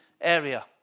area